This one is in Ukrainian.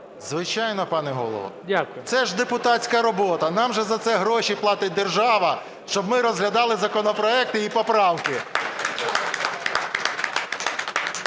ВЛАСЕНКО С.В. Це ж депутатська робота, нам же за це гроші платить держава, щоб ми розглядали законопроекти і поправки.